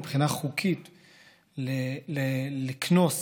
מבחינה חוקית, לקנוס